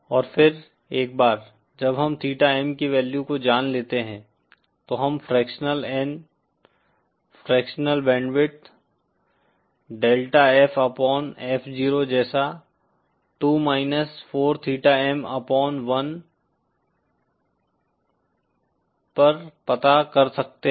और फिर एक बार जब हम थीटा M की वैल्यू को जान लेते हैं तो हम fractional N fractional bandwidth delta F upon F0 जैसा 2 माइनस 4 थीटा M अपॉन 1 पर पता कर सकते हैं